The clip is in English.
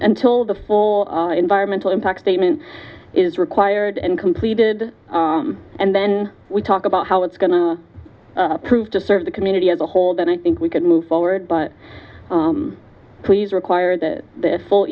until the full environmental impact statement is required and completed and then we talk about how it's going to prove to serve the community as a whole then i think we can move forward but please require that th